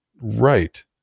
right